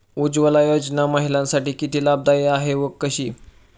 उज्ज्वला योजना महिलांसाठी किती लाभदायी आहे व कशी?